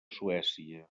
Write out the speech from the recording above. suècia